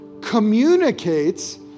communicates